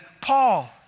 Paul